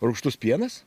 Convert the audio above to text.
rūgštus pienas